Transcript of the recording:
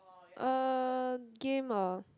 uh game ah